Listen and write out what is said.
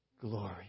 glory